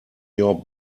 your